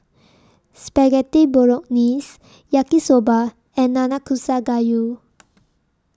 Spaghetti Bolognese Yaki Soba and Nanakusa Gayu